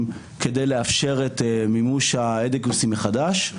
כדי לאפשר את מימוש ה- adequacy מחדש,